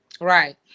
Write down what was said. right